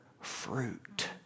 fruit